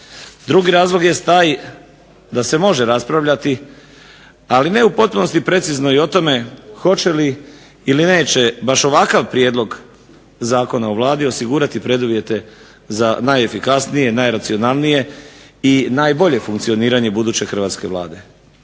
Drugi razlog jest taj da se može raspravljati, ali ne u potpunosti precizno i o tome hoće li ili neće baš ovakav prijedlog Zakona o Vladi osigurati preduvjete za najefikasnije, najracionalnije i najbolje funkcioniranje buduće Hrvatske vlade.